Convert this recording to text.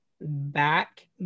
back